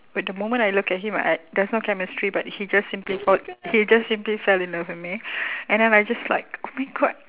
but the moment I look at him I there is no chemistry but he just simply fall he just simply fell in love with me and then I just like oh my god